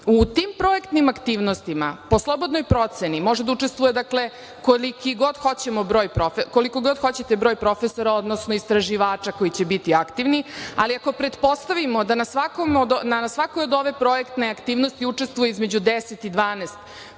U tim projektnim aktivnostima, po slobodnoj proceni može da učestvuje koliko god hoćete broj profesora, odnosno istraživača koji će biti aktivni, ali ako pretpostavimo da na svakoj od ove projektne aktivnosti učestvuje između 10 i 12 profesora,